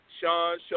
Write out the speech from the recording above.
Sean